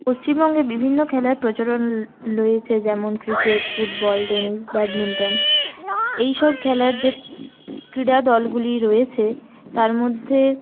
পশ্চিমবঙ্গে বিভিন্ন খেলার প্রচলন রয়েছে যেমন ক্রিকেট ফুটবল টেনিস ব্যাডমিন্টন এই সব খেলার যে ক্রীড়া দলগুলি রয়েছে তার মধ্যে